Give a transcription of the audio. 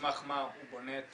סמך מה הוא בונה את